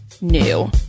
new